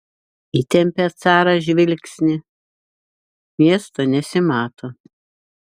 įtempia caras žvilgsnį miesto nesimato